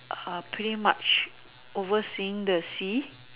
pretty much overseeing the sea